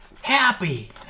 Happy